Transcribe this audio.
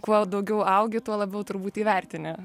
kuo daugiau augi tuo labiau turbūt įvertini